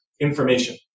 information